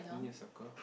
do we need to circle